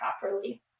properly